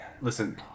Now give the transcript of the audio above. Listen